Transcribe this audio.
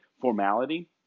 formality